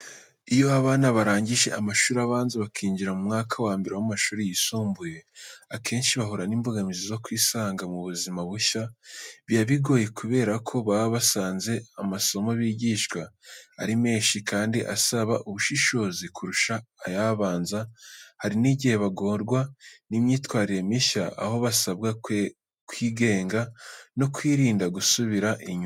Iyo abana barangije amashuri abanza bakinjira mu mwaka wa mbere w’amashuri yisumbuye, akenshi bahura n’imbogamizi zo kwisanga mu buzima bushya. Biba bigoye kubera ko baba basanze amasomo bigishwa ari menshi kandi asaba ubushishozi kurusha ay’abanza. Hari n’igihe bagorwa n’imyitwarire mishya, aho basabwa kwigenga no kwirinda gusubira inyuma.